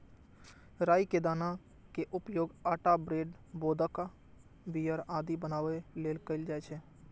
राइ के दाना के उपयोग आटा, ब्रेड, वोदका, बीयर आदि बनाबै लेल कैल जाइ छै